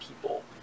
people